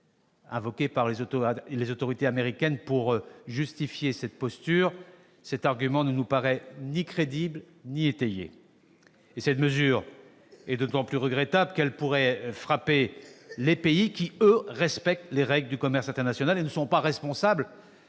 invoquée par les autorités américaines pour justifier cette posture, à savoir l'argument de la sécurité nationale, ne nous paraît ni crédible ni étayée. Ces mesures sont d'autant plus regrettables qu'elles pourraient frapper les pays qui, eux, respectent les règles du commerce international et ne sont pas responsables